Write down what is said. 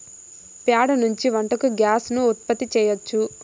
ప్యాడ నుంచి వంటకు గ్యాస్ ను ఉత్పత్తి చేయచ్చు